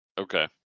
Okay